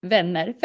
Vänner